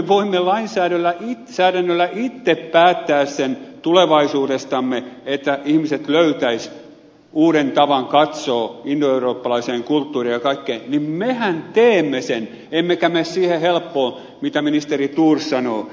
eli kun voimme lainsäädännöllä itse päättää sen tulevaisuudestamme että ihmiset löytäisivät uuden tavan katsoa indoeurooppalaiseen kulttuuriin ja kaikkeen niin mehän teemme sen emmekä mene siihen helppoon mitä ministeri thors sanoo